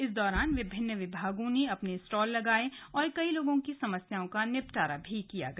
इस दौरान विभिन्न विभागों ने अपने स्टॉल लगाये और कई लोगों की समस्याओं का निपटारा किया गया